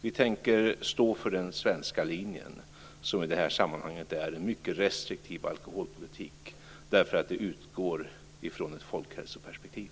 Vi tänker stå för den svenska linjen, som i det här sammanhanget är en mycket restriktiv alkoholpolitik. Den utgår från ett folkhälsoperspektiv.